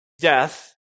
death